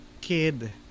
kid